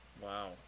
wow